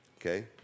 okay